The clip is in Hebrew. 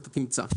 אתה תמצא.